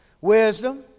Wisdom